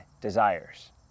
desires